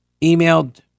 Emailed